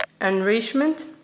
enrichment